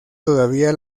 todavía